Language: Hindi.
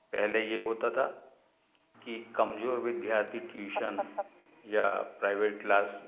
पहले ये होता था कि कमज़ोर विद्यार्थी ट्यूशन या प्राइवेट क्लास